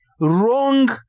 wrong